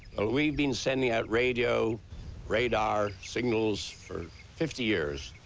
ah we've been sending out radio radar signals for fifty years.